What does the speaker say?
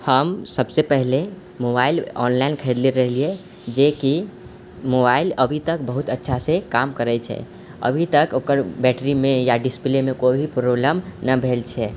हम सबसँ पहिने मोबाइल ऑनलाइन खरीदले रहलियै जे कि मोबाइल अभी तक बहुत अच्छासँ काम करै छै अभीतक ओकर बैटरीमे या डिस्प्लेमे कोइ भी प्रॉब्लम नहि भेल छै